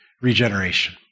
regeneration